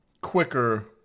quicker